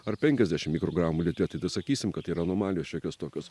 ar penkiasdešimt mikrogramų litre tada sakysim kad tai yra anomalios šiokios tokios